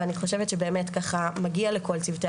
ואני חושבת שבאמת ככה מגיע לכל צוותי